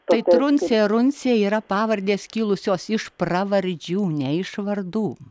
tai truncė ir uncė yra pavardės kilusios iš pravardžių ne iš vardų